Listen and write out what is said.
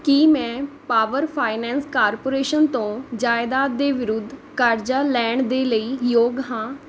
ਕੀ ਮੈਂ power finance corporation ਤੋਂ ਜਾਇਦਾਦ ਦੇ ਵਿਰੁੱਧ ਕਰਜ਼ਾ ਲੈਣ ਦੇ ਲਈ ਯੋਗ ਹਾਂ